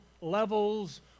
levels